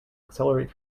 accelerate